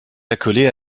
accolée